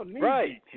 Right